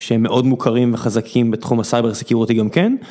שהם מאוד מוכרים וחזקים בתחום הסייבר-סקיוריטי גם כן